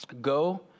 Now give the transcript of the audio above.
go